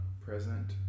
present